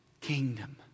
kingdom